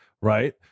Right